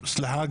סליחה,